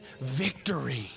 victory